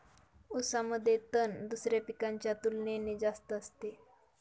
ऊसामध्ये तण दुसऱ्या पिकांच्या तुलनेने जास्त असते